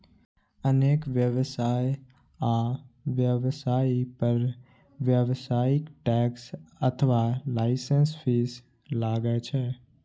अनेक व्यवसाय आ व्यवसायी पर व्यावसायिक टैक्स अथवा लाइसेंस फीस लागै छै